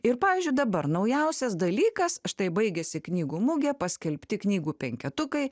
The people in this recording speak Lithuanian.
ir pavyzdžiui dabar naujausias dalykas štai baigiasi knygų mugė paskelbti knygų penketukai